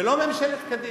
ולא ממשלת קדימה,